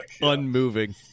Unmoving